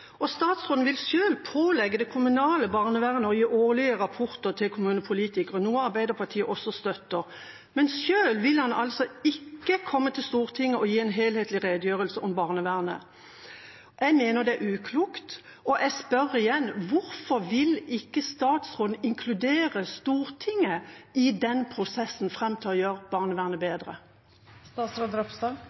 Statsråden vil selv pålegge det kommunale barnevernet å gi årlige rapporter til kommunepolitikere, noe Arbeiderpartiet også støtter, men selv vil han ikke komme til Stortinget og gi en helhetlig redegjørelse om barnevernet. Jeg mener det er uklokt, og jeg spør igjen: Hvorfor vil ikke statsråden inkludere Stortinget i prosessen fram mot å gjøre barnevernet